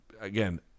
again